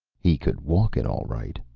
he could walk it, all right.